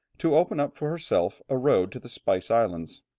to open up for herself a road to the spice islands.